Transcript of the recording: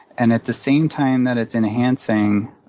and at the same time that it's enhancing